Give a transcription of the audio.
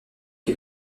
qui